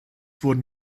wurden